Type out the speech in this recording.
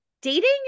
dating